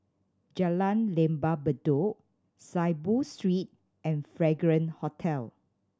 Jalan Lembah Bedok Saiboo Street and Fragrance Hotel